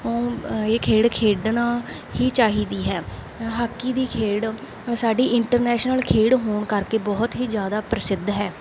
ਉਹ ਇਹ ਖੇਡ ਖੇਡਣਾ ਹੀ ਚਾਹੀਦੀ ਹੈ ਹਾਕੀ ਦੀ ਖੇਡ ਸਾਡੀ ਇੰਟਰਨੈਸ਼ਨਲ ਖੇਡ ਹੋਣ ਕਰਕੇ ਬਹੁਤ ਹੀ ਜ਼ਿਆਦਾ ਪ੍ਰਸਿੱਧ ਹੈ